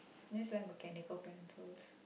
used to have mechanical pencils